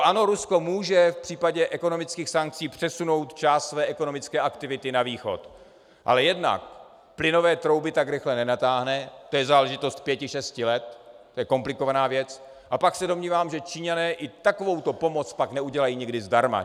Ano, Rusko může v případě ekonomických sankcí přesunout část své ekonomické aktivity na východ, ale jednak plynové trouby jen tak rychle nenatáhne, to je záležitost pěti šesti let, to je komplikovaná věc, a pak se domnívám, že Číňané i takovouto pomoc pak neudělají nikdy zdarma.